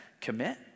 commit